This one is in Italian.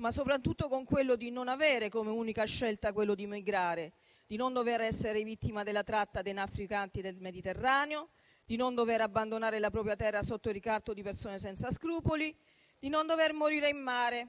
ma anche e soprattutto con il fatto di non avere come unica scelta quella di emigrare, di non dover essere vittima della tratta dei trafficanti del Mediterraneo, di non dover abbandonare la propria terra sotto il ricatto di persone senza scrupoli, di non dover morire in mare,